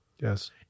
Yes